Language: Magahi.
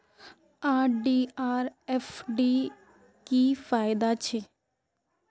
आर.डी आर एफ.डी की फ़ायदा छे?